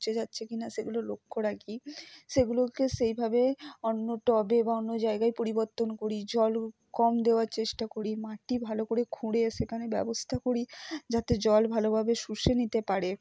পচে যাচ্ছে কি না সেগুলো লক্ষ্য রাখি সেগুলোকে সেইভাবে অন্য টবে বা অন্য জায়গায় পরিবর্তন করি জলও কম দেওয়ার চেষ্টা করি মাটি ভালো করে খুঁড়ে সেখানে ব্যবস্থা করি যাতে জল ভালোভাবে শুষে নিতে পারে